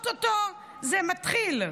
או-טו-טו זה מתחיל.